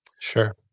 Sure